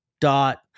dot